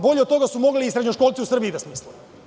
Bolje od toga su mogli i srednjoškolci u Srbiji da smisle.